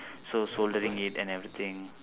so soldering it and everything